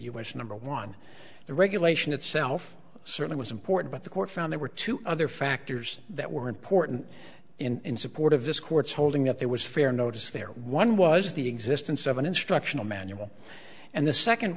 us number one the regulation itself certainly was important but the court found there were two other factors that were important in support of this court's holding that there was fair notice there one was the existence of an instructional manual and the second